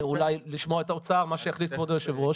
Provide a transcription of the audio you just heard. אולי לשמוע את האוצר, מה שיחליט כבוד יושב הראש.